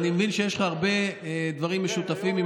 אני מבין שיש לך הרבה דברים משותפים עם